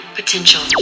potential